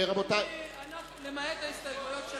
למעט ההסתייגויות של